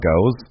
goes